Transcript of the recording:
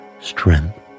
strength